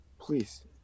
Please